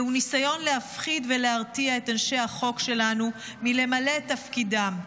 זהו ניסיון להפחיד ולהרתיע את אנשי החוק שלנו מלמלא את תפקידם.